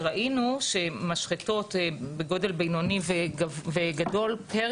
וראינו שמשחטות בגודל בינוני וגדול פר